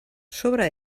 sobre